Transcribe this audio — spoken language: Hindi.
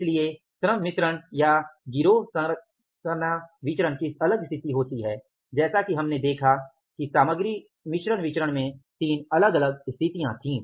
इसलिए श्रम मिश्रण या गिरोह संरचना विचरण की अलग स्थिति होती है जैसा कि हमने देखा कि सामग्री मिश्रण विचरण में 3 अलग अलग स्थितिया थी